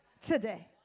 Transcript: today